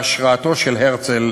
בהשראתו של הרצל,